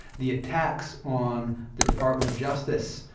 the attacks on the department of justice,